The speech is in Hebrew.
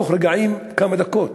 בתוך רגעים, כמה דקות,